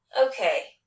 Okay